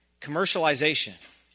commercialization